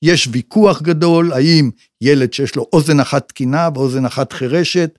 יש ויכוח גדול, האם ילד שיש לו אוזן אחת תקינה ואוזן אחת חירשת